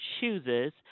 chooses